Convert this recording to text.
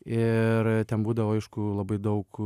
ir ten būdavo aišku labai daug